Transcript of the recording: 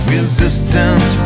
Resistance